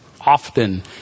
often